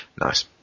Nice